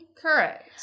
Correct